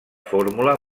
fórmula